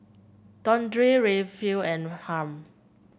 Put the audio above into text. Deondre Rayfield and Harm